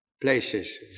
places